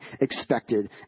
expected